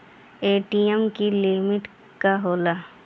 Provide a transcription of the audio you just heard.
ATM की limit का होला?